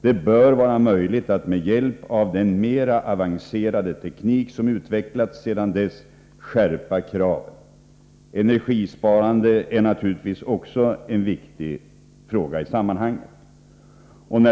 Det bör vara möjligt att med hjälp av den mer avancerade teknik som utvecklats sedan dess skärpa kraven. Energisparande är naturligtvis också av vikt i detta sammanhang.